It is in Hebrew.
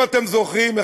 אם אתם זוכרים,